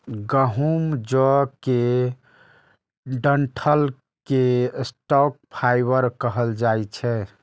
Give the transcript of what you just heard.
गहूम, जौ के डंठल कें स्टॉक फाइबर कहल जाइ छै